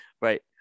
Right